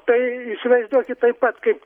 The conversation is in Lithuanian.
tai įsivaizduokit taip pat kaip